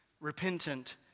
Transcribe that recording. repentant